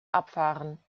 abfahren